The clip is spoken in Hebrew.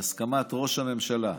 בהסכמת ראש הממשלה,